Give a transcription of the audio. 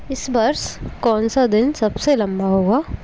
इस वर्ष कौन सा दिन सबसे लम्बा होगा